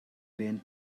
bent